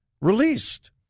released